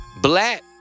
Black